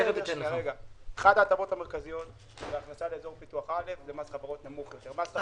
אחת ההטבות המרכזיות זה מס חברות נמוך יותר.